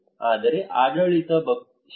ಆದರೆ ಆಡಳಿತದ ಶಕ್ತಿ ಬಹಳ ಮುಖ್ಯ ಆಗಿದೆ